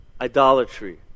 idolatry